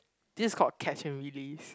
this is called catch and release